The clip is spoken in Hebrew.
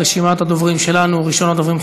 רשימת הדוברים שלנו: ראשון הדוברים,